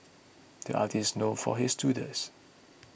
the artist is known for his doodles